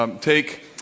take